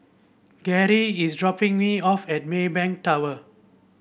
Gerri is dropping me off at Maybank Tower